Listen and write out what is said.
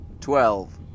Twelve